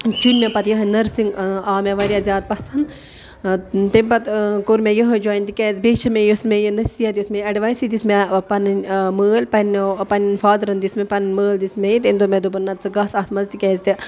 چُنۍ مےٚ پتہٕ یِہوٚے نٔرسِنٛگ آو مےٚ واریاہ زیادٕ پَسنٛد تَمہِ پتہٕ کوٚر مےٚ یِہوٚے جایِن تِکیٛازِ بیٚیہِ چھِ مےٚ یُس مےٚ یہِ نصیحت یُس مےٚ یہِ اٮ۪ڈوایِس یہِ دِژ مےٚ پنٕنۍ مٲلۍ پنٛنیو پنٕنۍ فادرن دِژ مےٚ پنٕنۍ مٲلۍ دِژ مےٚ یہِ تٔمۍ دوٚپ مےٚ دوٚپُن نَہ ژٕ گَژھ اَتھ منٛز تِکیٛازِ تہِ